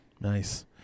Nice